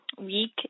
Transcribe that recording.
week